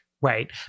Right